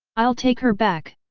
i'll take her back!